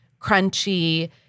crunchy